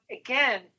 again